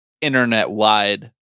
internet-wide